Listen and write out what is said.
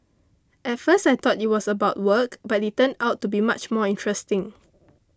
at first I thought it was about work but it turned out to be much more interesting